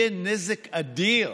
יהיה נזק אדיר.